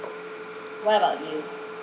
what about you